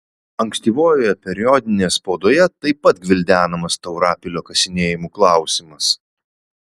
ankstyvojoje periodinėje spaudoje taip pat gvildenamas taurapilio kasinėjimų klausimas